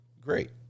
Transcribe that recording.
great